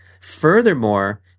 Furthermore